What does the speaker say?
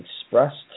expressed